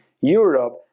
Europe